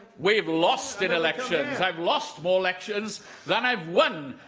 we've lost in elections i've lost more elections than i've won.